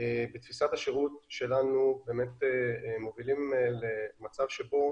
בתפיסת השירות שלנו אנחנו מובילים למצב שבו